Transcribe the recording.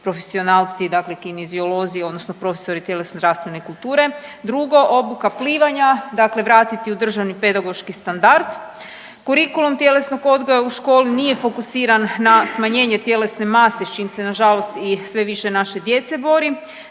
profesionalci, dakle kineziolozi odnosni profesori tjelesne, zdravstvene kulture. Drugo, obuka plivanja, dakle vratiti u državni pedagoški standard. Kurikulum tjelesnog odgoja u školi nije fokusiran na smanjenje tjelesne mase s čim se nažalost i sve više naše djece bori